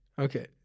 Okay